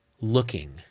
looking